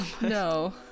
No